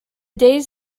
days